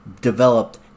developed